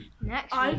Next